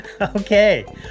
Okay